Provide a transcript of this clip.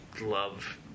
love